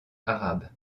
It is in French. arabe